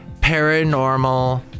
paranormal